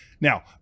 now